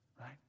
right